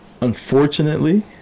unfortunately